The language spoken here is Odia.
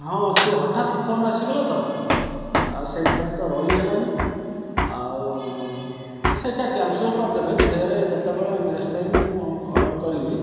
ହଁ ସେ ହଠାତ୍ ଫୋନ୍ ଆସିଗଲା ତ ଆଉ ସେଇଥିପାଇଁ ତ ରହିହେଲାନି ଆଉ ସେଇଟା କ୍ୟାନସଲ୍ କରିଦେବେ ଫେରେ ଯେତେବେଳେ ନେକ୍ସଟ୍ ଟାଇମ୍ ଅର୍ଡ଼ର କରିବି